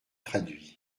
traduit